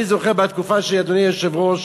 אני זוכר בתקופה שלי, אדוני היושב-ראש,